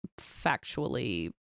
factually